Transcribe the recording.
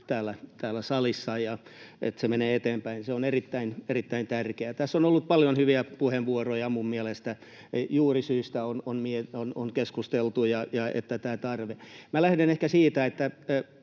täällä salissa ja että se menee eteenpäin. Se on erittäin tärkeää. Tässä on ollut paljon hyviä puheenvuoroja minun mielestäni. Juurisyistä on keskusteltu ja tästä tarpeesta. Minä lähden ehkä siitä, että